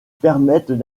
permettent